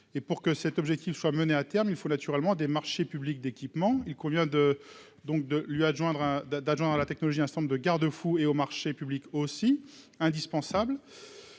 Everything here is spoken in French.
et pour que cet objectif soit mené à terme, il faut naturellement des marchés publics d'équipement, il convient de donc de lui adjoindre d'agents à la technologie, un certain nombre de garde-fous et aux marchés publics aussi indispensable